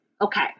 Okay